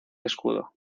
escudo